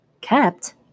Kept